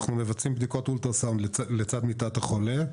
אנחנו מבצעים בדיקות אולטרסאונד לצד מיטת החולה,